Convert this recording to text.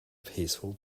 peaceful